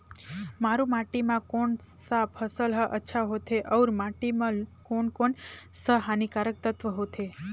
मारू माटी मां कोन सा फसल ह अच्छा होथे अउर माटी म कोन कोन स हानिकारक तत्व होथे?